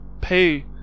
pay